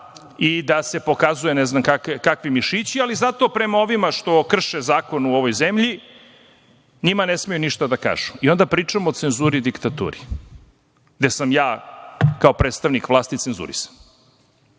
i da se pokazuju ne znam kakvi mišići, ali zato prema ovima što krše zakon u ovoj zemlji njima ne smeju ništa da kažu i onda pričamo o cenzuri i diktaturi, gde sam ja kao predstavnik vlasti cenzurisan.